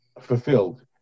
fulfilled